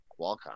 Qualcomm